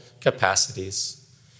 capacities